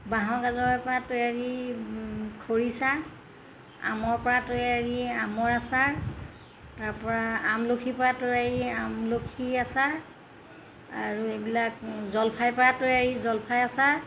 বাঁহৰ গাজৰ পৰা তৈয়াৰী খৰিচা আমৰ পৰা তৈয়াৰী আমৰ আচাৰ তাৰপৰা আমলখিৰ পৰা তৈয়াৰী আমলখি আচাৰ আৰু এইবিলাক জলফাই পৰা তৈয়াৰী জলফাই আচাৰ